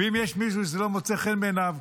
ואם יש מישהו שזה לא מוצא חן בעיניו,